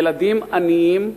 ילדים עניים,